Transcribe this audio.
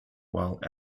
while